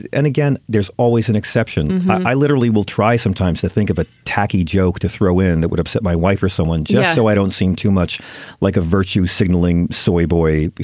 and again there's always an exception. i literally will try sometimes to think of a tacky joke to throw in that would upset my wife or someone just so i don't seem too much like a virtue signalling soy boy.